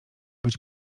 być